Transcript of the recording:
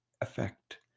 effect